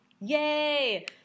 Yay